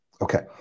Okay